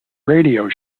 radio